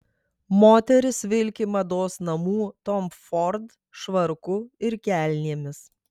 moteris vilki mados namų tom ford švarku ir kelnėmis